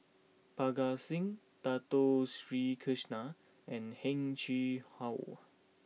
Parga Singh Dato Sri Krishna and Heng Chee How